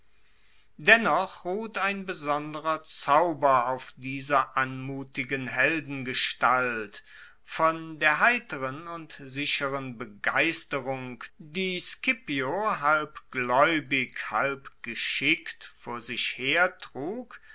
dennoch ruht ein besonderer zauber auf dieser anmutigen heldengestalt von der heiteren und sicheren begeisterung die scipio halb glaeubig halb geschickt vor sich hertrug